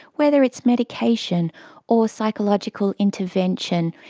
whether it's medication or psychological intervention,